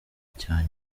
cya